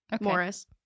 Morris